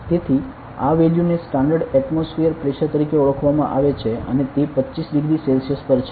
તેથી આ વેલ્યૂને સ્ટાન્ડર્ડ એટમોસ્ફિયર પ્રેશર તરીકે ઓળખવામાં આવે છે અને તે 25 ડિગ્રી સેલ્સિયસ પર છે